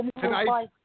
Tonight